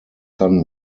son